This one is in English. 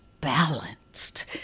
balanced